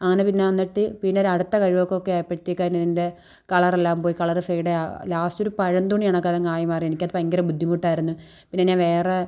അങ്ങനെ പിന്നെ വന്നിട്ട് പിന്നൊരു അടുത്ത കഴുകക്കൊക്കെ ആയപ്പൊഴത്തേക്ക് അതിന് അതിൻ്റെ കളറെല്ലാം പോയി കളറ് ഫേഡായി ലാസ്റ്റൊരു പഴം തുണിയാണതൊക്കങ്ങായി മാറി എനിക്കത് ഭയങ്കര ബുദ്ധിമുട്ടായിരുന്നു പിന്നെ ഞാൻ വേറെ